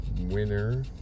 winner